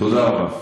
תודה רבה.